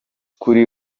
gukora